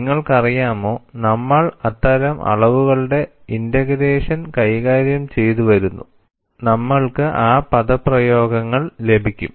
നിങ്ങൾക്കറിയാമോ നമ്മൾ അത്തരം അളവുകളുടെ ഇന്റഗ്രേഷൻ കൈകാര്യം ചെയ്തു വരുന്നു നമ്മൾക്ക് ആ പദപ്രയോഗങ്ങൾ ലഭിക്കും